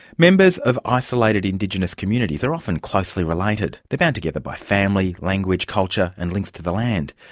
members of isolated indigenous communities are often closely related. they're bound together by family, language, culture and links to the land.